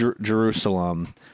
Jerusalem